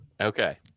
Okay